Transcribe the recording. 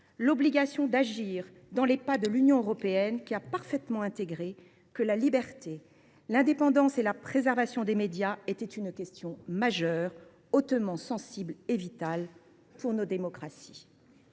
l’obligation d’agir dans les pas de l’Union européenne. Cette dernière a parfaitement intégré que la liberté, l’indépendance et la préservation des médias représentaient une question majeure, hautement sensible et vitale pour nos démocraties.